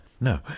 No